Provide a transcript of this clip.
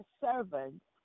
servants